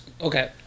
Okay